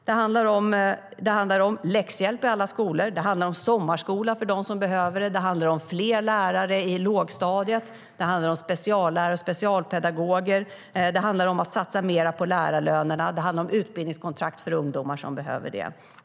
Det handlar om läxhjälp i alla skolor, sommarskola för dem som behöver, fler lärare i lågstadiet, speciallärare och specialpedagoger, satsningar på lärarlönerna, utbildningskontrakt för ungdomar.